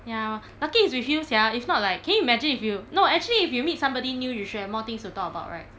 ya lucky it's with you sia if not like can you imagine if you no actually if you meet somebody new you should have more things to talk about right